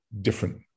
different